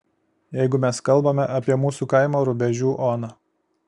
jeigu mes kalbame apie mūsų kaimo rubežių oną